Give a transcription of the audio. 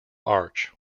arch